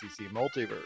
Multiverse